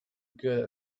good